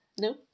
No